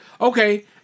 Okay